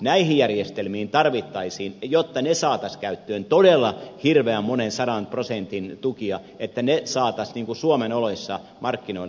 näihin järjestelmiin tarvittaisiin jotta ne saataisiin käyttöön todella hirveän monen sadan prosentin tukia että ne saataisiin suomen oloissa markkinoille